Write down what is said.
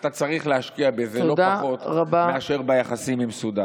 אתה צריך להשקיע בזה לא פחות מאשר ביחסים עם סודאן.